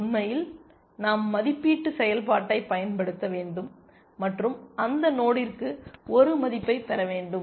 உண்மையில் நாம் மதிப்பீட்டு செயல்பாட்டைப் பயன்படுத்த வேண்டும் மற்றும் அந்த நோடிற்கு ஒரு மதிப்பை பெற வேண்டும்